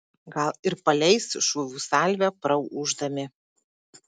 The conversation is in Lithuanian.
gal ir paleis šūvių salvę praūždami